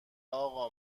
اقا